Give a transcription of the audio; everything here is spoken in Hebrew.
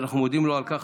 ואנחנו מודים לו על כך,